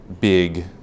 big